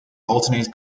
alternate